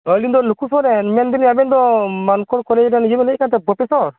ᱟᱹᱞᱤᱧ ᱫᱚ ᱞᱩᱠᱷᱩ ᱥᱚᱨᱮᱱ ᱢᱮᱱᱫᱟᱞᱤᱧ ᱟᱵᱮᱱᱫᱚ ᱢᱟᱱᱠᱚᱨ ᱠᱚᱞᱮᱡᱽ ᱨᱮᱱ ᱤᱭᱟᱹ ᱵᱮᱱ ᱞᱟᱹᱭᱮᱫ ᱠᱟᱱᱟᱛᱚ ᱯᱨᱚᱯᱷᱮᱥᱚᱨ